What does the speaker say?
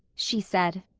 she said.